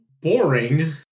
boring